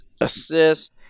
assists